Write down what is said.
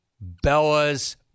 Bella's